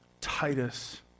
Titus